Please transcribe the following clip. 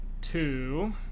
two